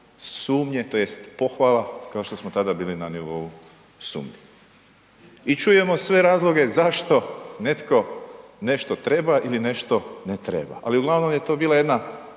sumnje tj. pohvala kao što smo tada bili na nivou sumnje i čujemo sve razloge zašto netko nešto treba ili nešto ne treba, ali uglavnom je to bila jedna